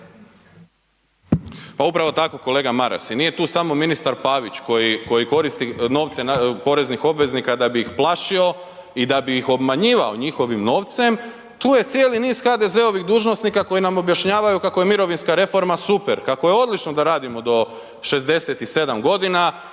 Pa upravo tako kolega Maras, nije tu samo ministar Pavić koji koristi novce poreznih obveznika da bi ih plašio i da bi ih obmanjivao njihovim novcem, tu je cijeli niz HDZ-ovih dužnosnika koji nam objašnjavaju kako je mirovinska reforma super, kako je odlično da radimo do 67 g.,